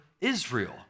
Israel